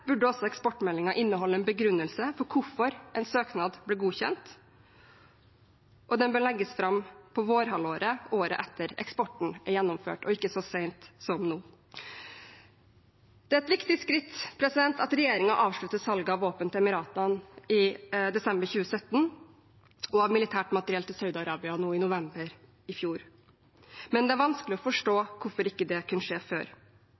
burde eksportmeldingen også inneholde en begrunnelse for hvorfor en søknad ble godkjent, og den bør legges fram på vårhalvåret året etter eksporten er gjennomført, og ikke så sent som nå. Det er et viktig skritt at regjeringen avsluttet salg av våpen til Emiratene i desember 2017 og av militært materiell til Saudi-Arabia i november i fjor. Men det er vanskelig å forstå hvorfor det ikke kunne skje før.